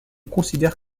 considère